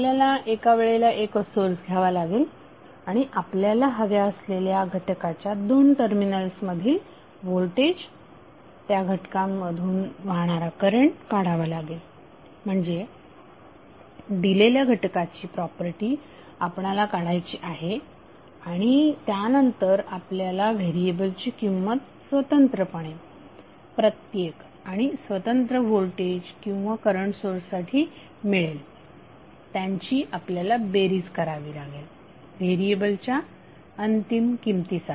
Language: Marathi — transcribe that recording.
आपल्याला एका वेळेला एकच सोर्स घ्यावा लागेल आणि आपल्याला हव्या असलेल्या घटकाच्या दोन टर्मिनल्स मधील व्होल्टेज त्या घटका मधून वाहणारा करंट काढावा लागेल म्हणजे दिलेल्या घटकाची प्रॉपर्टी आपणाला काढायची आहे आणि त्यानंतर आपल्याला व्हेरिएबलची किंमत स्वतंत्रपणे प्रत्येक आणि स्वतंत्र व्होल्टेज किंवा करंट सोर्ससाठी मिळेल त्यांची आपल्याला बेरीज करावी लागेल व्हेरिएबलच्या अंतिम किमतीसाठी